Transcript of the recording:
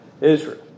Israel